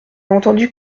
entendu